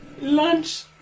Lunch